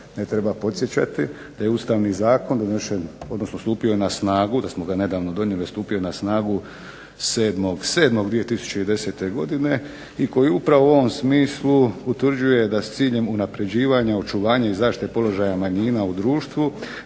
Ne treba podsjećati da je Ustavni zakon donesen, odnosno stupio je na snagu, da smo ga nedavno donijeli, stupio je na snagu 7.07.2010. godine i koji upravo u ovom smislu utvrđuje da s ciljem unapređivanja, očuvanja i zaštite položaja manjina u društvu